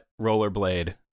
rollerblade